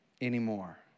anymore